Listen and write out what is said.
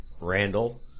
Randall